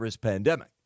pandemic